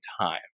time